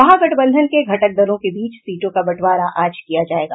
महागठबंधन के घटक दलों के बीच सीटों का बंटवारा आज किया जायेगा